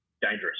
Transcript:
dangerous